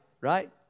right